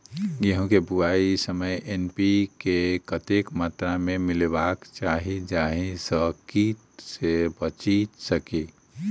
गेंहूँ केँ बुआई समय एन.पी.के कतेक मात्रा मे मिलायबाक चाहि जाहि सँ कीट सँ बचि सकी?